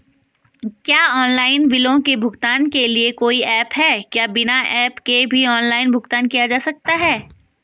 क्या ऑनलाइन बिलों के भुगतान के लिए कोई ऐप है क्या बिना ऐप के भी ऑनलाइन भुगतान किया जा सकता है?